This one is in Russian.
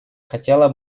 хотела